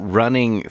running